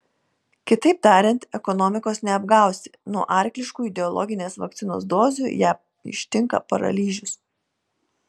kitaip tariant ekonomikos neapgausi nuo arkliškų ideologinės vakcinos dozių ją ištinka paralyžius